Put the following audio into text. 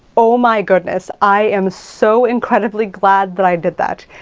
oh, my goodness, i am so incredibly glad that i did that.